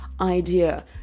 idea